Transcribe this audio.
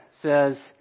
says